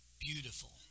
beautiful